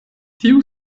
tiu